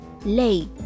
Lay